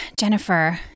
Jennifer